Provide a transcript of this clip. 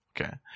Okay